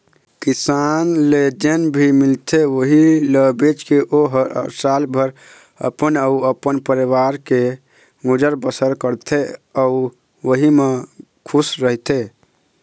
किसानी ले जेन भी मिलथे उहीं ल बेचके ओ ह सालभर अपन अउ अपन परवार के गुजर बसर करथे अउ उहीं म खुस रहिथे